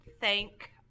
thank